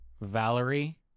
Valerie